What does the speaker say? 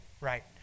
right